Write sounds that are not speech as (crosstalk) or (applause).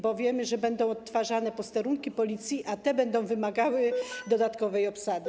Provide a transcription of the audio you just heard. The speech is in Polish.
Bo wiemy, że będą odtwarzane posterunki Policji, a te będą wymagały (noise) dodatkowej obsady.